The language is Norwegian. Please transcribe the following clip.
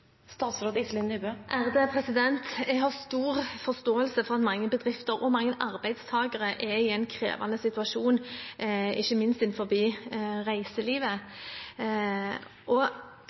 har stor forståelse for at mange bedrifter og mange arbeidstakere er i en krevende situasjon, ikke minst innenfor reiselivet. Jeg kan love representanten at regjeringen har jobbet og